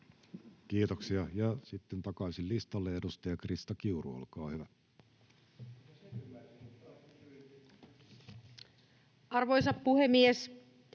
Kiitoksia. — Sitten takaisin listalle. — Edustaja Krista Kiuru, olkaa hyvä. Arvoisa puhemies!